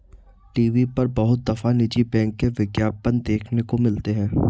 TV पर बहुत दफा निजी बैंक के विज्ञापन देखने को मिलते हैं